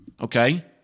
Okay